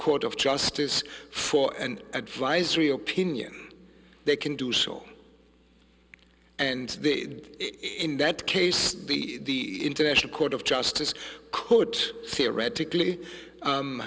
court of justice for an advisory opinion they can do so and in that case the international court of justice court theoretically